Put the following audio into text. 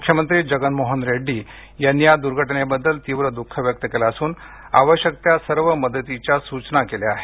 मुख्यमंत्री जगन मोहन रेड्डी यांनी या दुर्घटनेबद्दल तीव्र दुःख व्यक्त केलं असून आवश्यक त्या सर्व मदतीच्या सुचना दिल्या आहेत